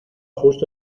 justo